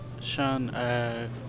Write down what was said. Sean